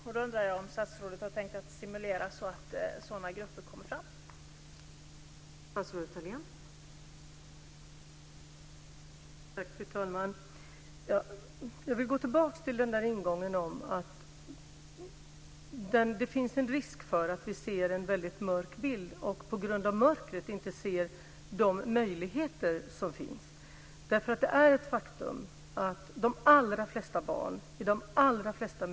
Jag undrar om statsrådet har tänkt stimulera så att sådana grupper kommer till stånd.